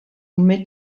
ume